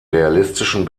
realistischen